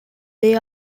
they